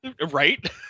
Right